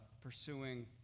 pursuing